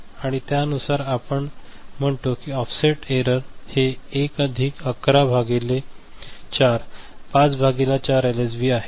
आणि त्यानुसार आपण म्हणतो की ऑफसेट एरर हे 1 अधिक 1 1 भागिले 4 5 भागिले 4 एलएसबी आहे